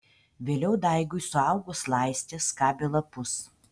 vėliau daigui suaugus laistė skabė lapus